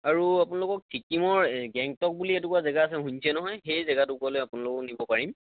আৰু আপোনালোকক চিকিমৰ এই গেংটক বুলি এটুকুৰা জেগা আছে শুনিছে নহয় সেই জেগা টুকুৰালৈকে আপোনালোকক নিব পাৰিম